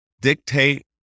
dictate